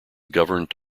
governed